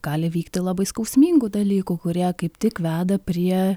gali vykti labai skausmingų dalykų kurie kaip tik veda prie